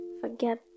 forget